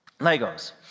Legos